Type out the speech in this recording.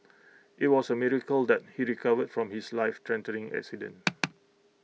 IT was A miracle that he recovered from his lifethreatening accident